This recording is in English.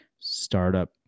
Startup